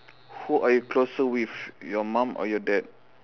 who are you closer with your mum or your dad